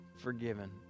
forgiven